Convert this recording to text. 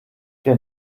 der